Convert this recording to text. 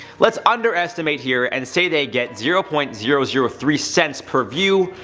let's underestimate here and say they get zero point zero zero three cents per view,